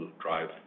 drive